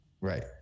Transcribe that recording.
Right